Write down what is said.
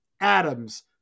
Adams